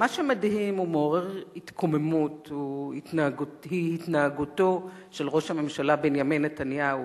מה שמדהים ומעורר התקוממות הוא התנהגותו של ראש הממשלה בנימין נתניהו,